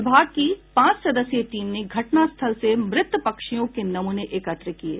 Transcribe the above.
विभाग की पांच सदस्यीय टीम ने घटनास्थल से मृत पक्षियों के नमूने एकत्र किये